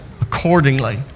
accordingly